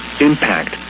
Impact